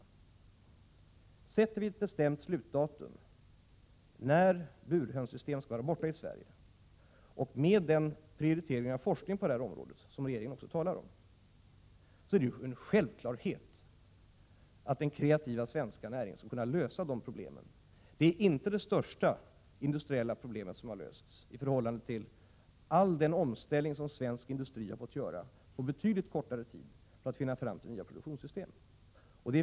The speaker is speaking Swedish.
Om vi fastställer ett bestämt slutdatum när burhönssystemet skall vara borta i Sverige, och med den prioritering av forskningen på det här området som regeringen också talar om, är det en självklarhet att den kreativa svenska näringen skall kunna lösa de här problemen. Detta är inte det största industriella problem som har lösts i samband med all den omställning som svensk industri har fått göra på betydligt kortare tid för att komma fram till nya produktionssystem.